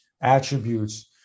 attributes